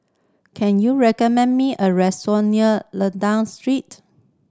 can you recommend me a restaurant near Lentor Street